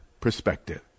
perspective